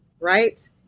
right